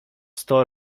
sto